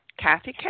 Kathy